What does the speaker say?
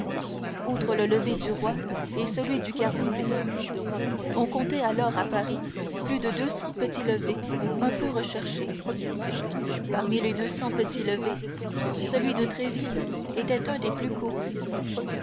outre le lever du roi et celui du cardinal on comptait alors à paris plus de deux cents petits levers un peu recherchés parmi les deux cents petits levers celui de tréville était un des plus courus